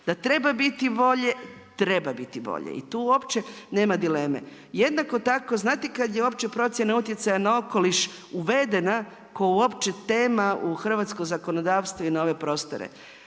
Da treba biti bolje, treba biti bolje. I tu uopće nema dileme. Jednako tako, znate kad je uopće procjena utjecaja na okoliš uvedena, koja je uopće tema u hrvatsko zakonodavstvo i na ove prostore?